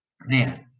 man